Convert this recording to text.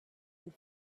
and